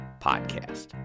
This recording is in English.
podcast